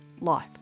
life